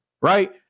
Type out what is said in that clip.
right